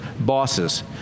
Bosses